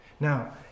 Now